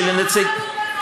הוא בחר לגור,